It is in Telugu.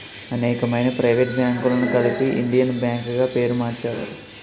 అనేకమైన ప్రైవేట్ బ్యాంకులను కలిపి ఇండియన్ బ్యాంక్ గా పేరు మార్చారు